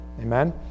Amen